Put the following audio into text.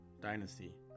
Dynasty